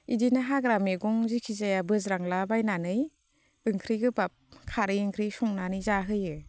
इदिनो हाग्रा मैगं जिखिजाया बोज्रांलाबायनानै ओंख्रि गोबाब खारै ओंख्रि संनानै जाहोयो